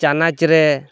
ᱪᱟᱱᱟᱪ ᱨᱮ